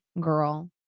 girl